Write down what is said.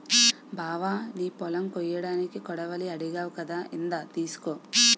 బావా నీ పొలం కొయ్యడానికి కొడవలి అడిగావ్ కదా ఇందా తీసుకో